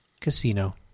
casino